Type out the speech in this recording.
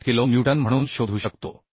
68 kilo newton म्हणून शोधू शकतो